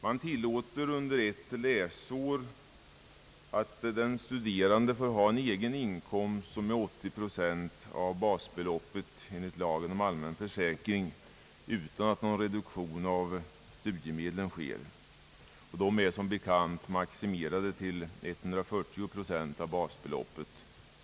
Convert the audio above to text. Man tillåter under ett läsår att den studerande har en egen inkomst på 80 procent av basbeloppet enligt lagen om allmän försäkring utan att någon reduktion av studiemedlen sker, och dessa är som bekant maximerade till 140 procent av basbeloppet.